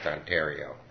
Ontario